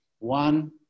one